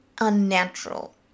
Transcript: unnatural